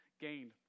gained